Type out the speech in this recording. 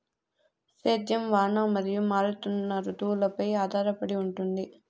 సేద్యం వాన మరియు మారుతున్న రుతువులపై ఆధారపడి ఉంటుంది